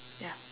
ya